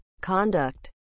conduct